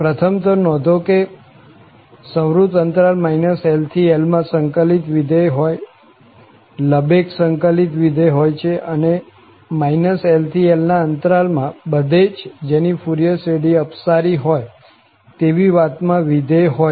પ્રથમ તો નોંધો કે LL અંતરાલ માં સંકલિત વિધેય લબેગ સંકલિત વિધેય હોય છે અને LL ના અંતરાલ માં બધે જ જેની ફુરિયર શ્રેઢી અપસારી હોય તેવી વાત માં વિધેય હોય છે